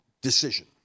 decision